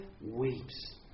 weeps